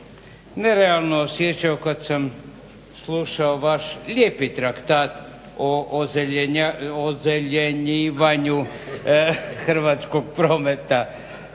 nerealno osjećao kada sam slušao vaš lijepi traktat o ozelenjivanju hrvatskog prometa